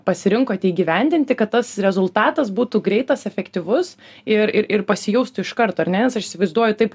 pasirinkote įgyvendinti kad tas rezultatas būtų greitas efektyvus ir ir ir pasijaustų iš karto ar ne nes aš įsivaizduoju taip